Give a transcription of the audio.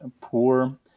poor